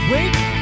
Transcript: Wake